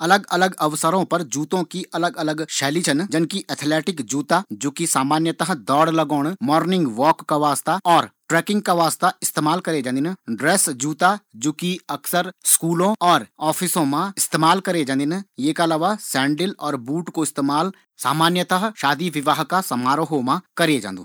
अलग अलग अवसरो पर अलग अलग जूतों की अलग अलग शैली छन जनकी एथलेटीक जूता जु कु उपयोग खेलो मा होन्दु, ट्रेकिंग जूता फॉर्मल जूता ऑफिस स्कूल का वास्ता साथ ही समारोह का जूता और सेंडिल।